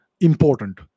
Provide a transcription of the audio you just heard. important